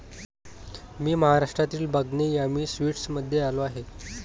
मी महाराष्ट्रातील बागनी यामी स्वीट्समध्ये आलो आहे